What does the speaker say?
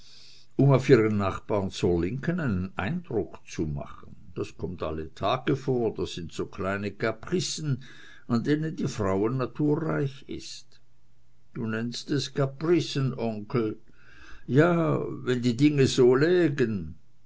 um auf ihren nachbar zur linken einen eindruck zu machen das kommt alle tage vor das sind so kleine capricen an denen die frauennatur reich ist du nennst es capricen onkel ja wenn die dinge so lägen